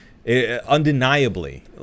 Undeniably